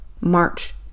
March